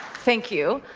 thank you.